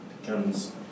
becomes